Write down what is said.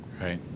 Right